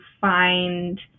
find